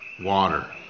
water